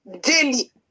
Daily